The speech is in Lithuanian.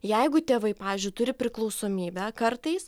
jeigu tėvai pavyzdžiui turi priklausomybę kartais